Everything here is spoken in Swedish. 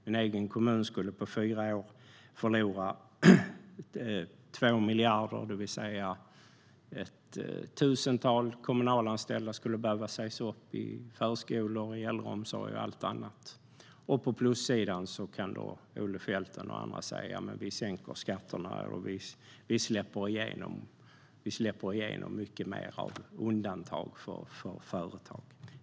Min hemkommun skulle på fyra år förlora 2 miljarder, vilket betyder att ett tusental kommunalanställda i förskolor, äldreomsorg och annat skulle behöva sägas upp. På plussidan kan Olle Felten med flera säga att de sänker skatterna och släpper igenom fler undantag för företag.